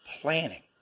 planning